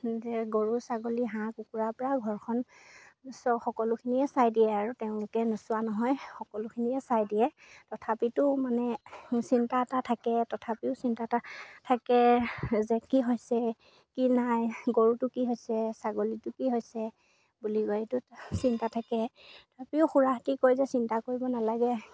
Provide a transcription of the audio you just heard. যে গৰু ছাগলী হাঁহ কুকুৰাৰ পৰা ঘৰখন চ' সকলোখিনিয়ে চাই দিয়ে আৰু তেওঁলোকে নোচোৱা নহয় সকলোখিনিয়ে চাই দিয়ে তথাপিতো মানে চিন্তা এটা থাকে তথাপিও চিন্তা এটা থাকে যে কি হৈছে কি নাই গৰুটো কি হৈছে ছাগলীটো কি হৈছে বুলি কয় এইটো চিন্তা থাকে তথাপিও খুৰাহঁতে কয় যে চিন্তা কৰিব নালাগে